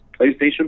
PlayStation